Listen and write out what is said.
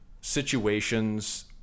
situations